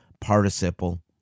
participle